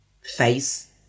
face